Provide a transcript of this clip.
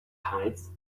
heights